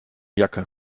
jacke